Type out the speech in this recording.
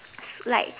like